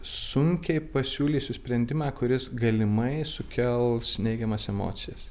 sunkiai pasiūlysiu sprendimą kuris galimai sukels neigiamas emocijas